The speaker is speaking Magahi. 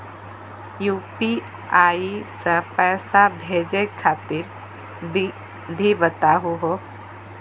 यू.पी.आई स पैसा भेजै खातिर विधि बताहु हो?